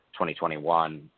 2021